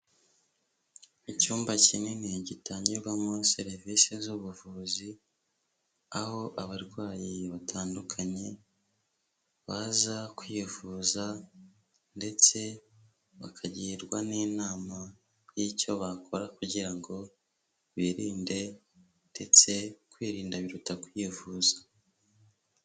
Icyumba kinini gitangirwamo serivisi z'ubuvuzi aho abarwayi batandukanye baza kwivuza ndetse bakagirwa n'inama y'icyo bakora kugira ngo birinde ndetse kwirinda biruta kwivuza.